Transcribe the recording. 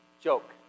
joke